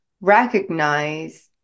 recognize